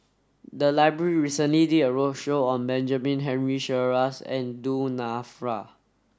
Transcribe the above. the library recently did a roadshow on Benjamin Henry Sheares and Du Nanfa